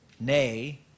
nay